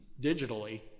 digitally